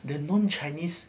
the non chinese